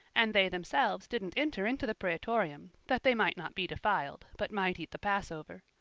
and they themselves didn't enter into the praetorium, that they might not be defiled, but might eat the passover.